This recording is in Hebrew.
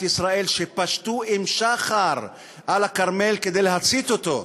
ישראל שפשטו עם שחר על הכרמל כדי להצית אותו.